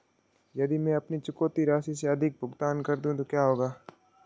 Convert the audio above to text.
यदि मैं अपनी चुकौती राशि से अधिक भुगतान कर दूं तो क्या होगा?